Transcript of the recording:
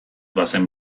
bazen